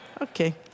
okay